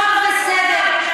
חוק וסדר,